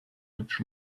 which